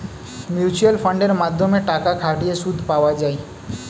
mutual ফান্ডের মাধ্যমে টাকা খাটিয়ে সুদ পাওয়া যায়